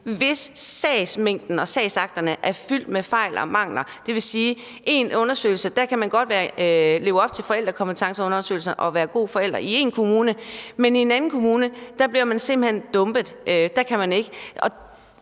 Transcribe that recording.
og sagsakterne er fyldt med fejl og mangler, for man kan godt i én undersøgelse leve op til forældrekompetenceundersøgelserne og være en god forælder i en kommune, mens man i en anden kommune simpelt hen bliver dumpet,